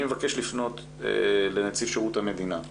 אני מבקש לפנות לנציב שירות המדינה,